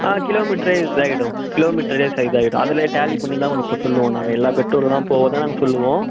kilo metre இதாகிடும் kilometres இதே ஆகிடும் அதிலே டேலி பண்ணிதான் உங்களுக்கு சொல்லுவோம் நாங்கள் எல்லா பெட்ரோல்லெலாம் போகதான் சொல்லுவோம்